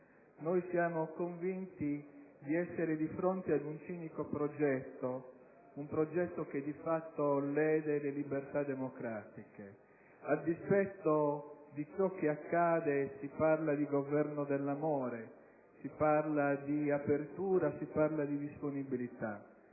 Noi siamo convinti di essere di fronte ad un cinico progetto che di fatto lede le libertà democratiche. A dispetto di ciò che accade, si parla di Governo dell'amore, di apertura e di disponibilità;